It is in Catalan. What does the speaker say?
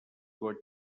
goig